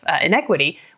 inequity